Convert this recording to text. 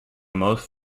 most